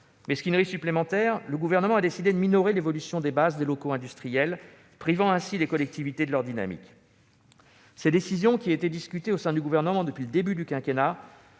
Mesquinerie supplémentaire, le Gouvernement a décidé de minorer l'évolution des bases des locaux industriels, privant ainsi les collectivités de leur dynamique. Ces décisions, qui étaient discutées au sein du Gouvernement depuis le début du quinquennat,